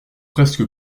presque